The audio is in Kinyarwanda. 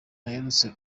aherutse